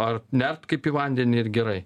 ar net kaip į vandenį ir gerai